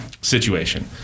situation